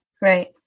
Right